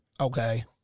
Okay